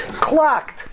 clocked